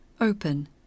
Open